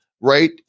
right